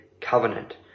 covenant